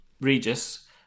Regis